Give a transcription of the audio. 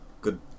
good